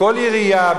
בכל עירייה,